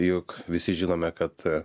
juk visi žinome kad